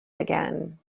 again